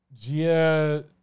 Gia